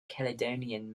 caledonian